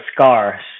scars